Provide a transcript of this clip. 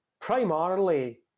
primarily